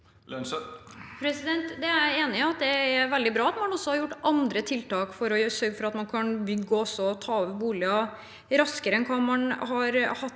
Lønseth (H) Jeg er enig i at det er veldig bra at man også har gjort andre tiltak for å sørge for at man kan bygge og ta over boliger raskere enn man har